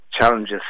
challenges